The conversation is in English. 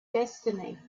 destiny